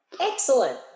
Excellent